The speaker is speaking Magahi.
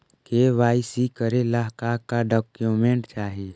के.वाई.सी करे ला का का डॉक्यूमेंट चाही?